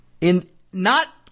in—not